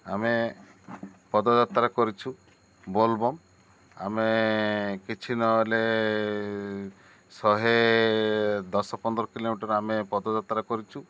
ଆମେ ପଦଯାତ୍ରା କରିଛୁ ବୋଲ୍ବମ୍ ଆମେ କିଛି ନହେଲେ ଶହେ ଦଶ ପନ୍ଦର କିଲୋମିଟର ଆମେ ପଦଯାତ୍ରା କରିଛୁ